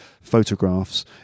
photographs